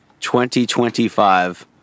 2025